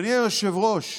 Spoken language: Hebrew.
אדוני היושב-ראש,